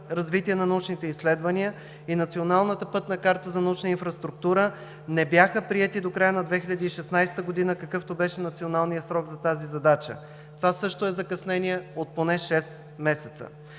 развитие на научните изследвания и Националната пътна карта за научна инфраструктура не бяха приети до края на 2016 г., какъвто беше националният срок за тази задача. Това също е закъснение от поне 6 месеца.